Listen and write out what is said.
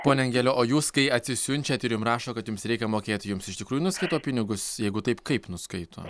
pone angele o jūs kai atsisiunčiat ir jum rašo kad jums reikia mokėt jums iš tikrųjų nuskaito pinigus jeigu taip kaip nuskaito